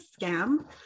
scam